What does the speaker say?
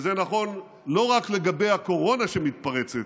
וזה נכון לא רק לגבי הקורונה שמתפרצת,